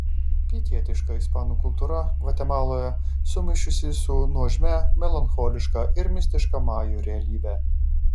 pietietiška ispanų kultūra gvatemaloje sumišusi su nuožmia melancholiška ir mistiška majų realybe